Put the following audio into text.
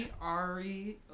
Ari